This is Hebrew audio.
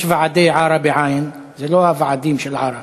יש ועדי עארה, בעי"ן, זה לא הוועדים של עארה.